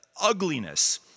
ugliness